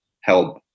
help